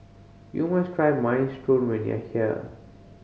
you must try Minestrone when you are here